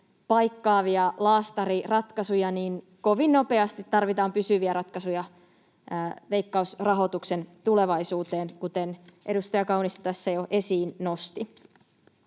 paikkaavia laastariratkaisuja, kovin nopeasti tarvitaan pysyviä ratkaisuja Veikkaus-rahoituksen tulevaisuuteen, kuten edustaja Kaunisto tässä jo esiin nosti.